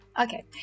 Okay